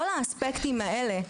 אף אחד לא חושב על כל האספקטים האלה.